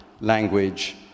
language